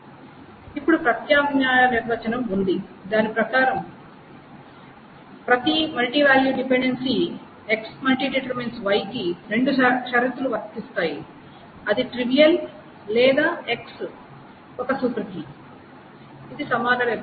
ఇప్పుడు ప్రత్యామ్నాయ నిర్వచనం ఉంది దాని ప్రకారం ప్రతి MVD X↠Y కి రెండు షరతులు వర్తిస్తాయి అది ట్రివియల్ లేదా X ఒక సూపర్ కీ అది సమాన నిర్వచనం